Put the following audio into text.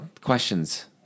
questions